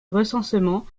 recensement